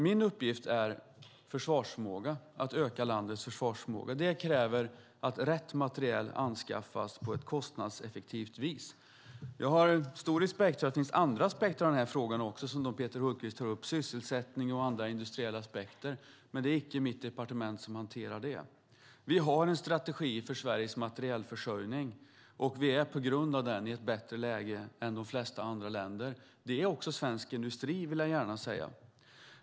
Min uppgift är att öka landets försvarsförmåga. Det kräver att rätt materiel anskaffas på ett kostnadseffektivt vis. Jag har stor respekt för att det finns andra aspekter av denna fråga. Peter Hultqvist tar till exempel upp sysselsättning och andra industriella aspekter, men det är inte mitt departement som hanterar det. Vi har en strategi för Sveriges materielförsörjning, och vi är på grund av den i ett bättre läge än de flesta andra länder. Detsamma gäller svensk industri.